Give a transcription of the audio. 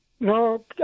No